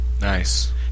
Nice